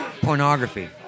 pornography